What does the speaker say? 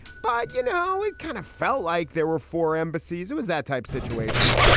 but, you know, it kind of felt like there were four embassies. it was that type situation.